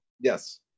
Yes